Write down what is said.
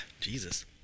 Jesus